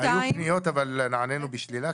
2. היו פניות אבל אנחנו נענינו בשלילה,